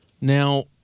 Now